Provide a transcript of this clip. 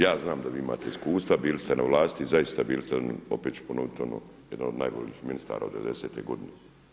Ja znam da vi imate iskustva, bili ste na vlasti i zaista bili ste opet ću ponoviti ono jedan od najboljih ministara od devedesete godine.